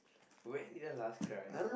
when did I last cry